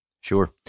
Sure